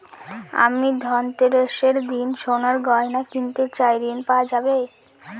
আমি ধনতেরাসের দিন সোনার গয়না কিনতে চাই ঝণ পাওয়া যাবে?